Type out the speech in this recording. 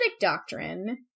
doctrine